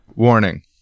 Warning